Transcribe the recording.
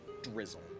drizzle